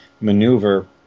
maneuver